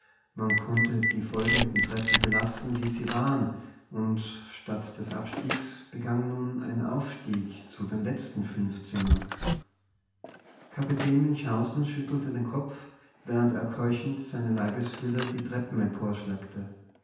man konnte die folgenden treppen belassen wie sie waren und statt des abstiegs begann nun ein aufstieg zu den letzten fünf zimmern kapitän münchhausen schüttelte den kopf während er keuchend seine leibesfülle die treppen